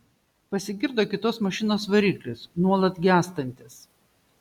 pasigirdo kitos mašinos variklis nuolat gęstantis